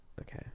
Okay